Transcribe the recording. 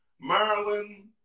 Maryland